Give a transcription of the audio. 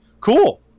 cool